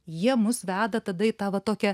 jie mus veda tada į tą va tokią